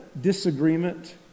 disagreement